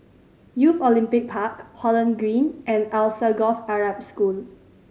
Youth Olympic Park Holland Green and Alsagoff Arab School